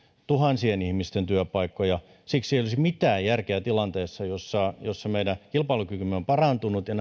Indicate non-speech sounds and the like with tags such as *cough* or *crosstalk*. tuhansien ihmisten työpaikkoja siksi ei olisi mitään järkeä tässä tilanteessa jossa jossa meidän kilpailukykymme on parantunut ja *unintelligible*